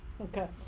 Okay